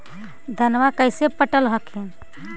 धन्मा कैसे पटब हखिन?